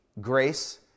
grace